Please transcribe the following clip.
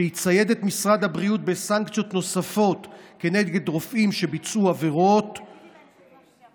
שיצייד את משרד הבריאות בסנקציות נוספות כנגד רופאים שביצעו עבירות או